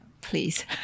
please